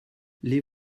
les